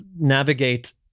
navigate